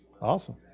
Awesome